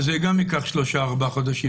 אז זה גם ייקח 4-3 חודשים.